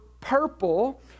purple